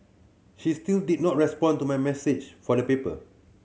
she still did not respond to my message for the paper